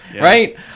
right